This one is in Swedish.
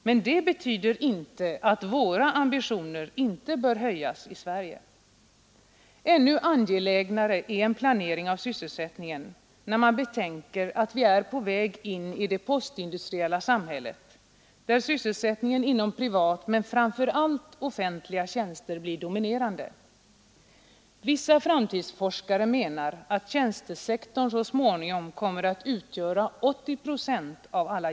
Men det betyder inte att våra ambitioner inte bör höjas i Sverige. Ännu angelägnare är en planering av sysselsättningen när man betänker att vi är på väg in i det postindustriella samhället, där sysselsättningen inom den privata, men framför allt den offentliga, tjänstesektorn blir dominerande. Vissa framtidsforskare menar att 80 procent av alla jobb så småningom kommer att finnas inom tjänstesektorn.